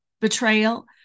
betrayal